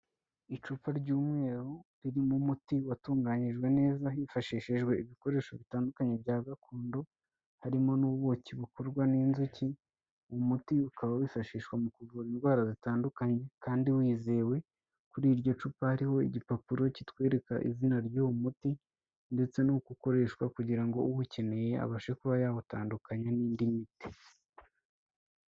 Icupa ry'umweru ririmo umuti watunganyijwe neza hifashishijwe ibikoresho bitandukanye bya gakondo, harimo n'ubuki bukorwa n'inzuki, uwo muti ukaba wifashishwa mu kuvura indwara zitandukanye kandi wizewe, kuri iryo cupa hariho igipapuro kitwereka izina ry'uwo muti ndetse n'uko ukoreshwa kugira ngo uwukeneye abashe kuba yawutandukanya n'indi miti.